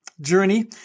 journey